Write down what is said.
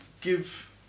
give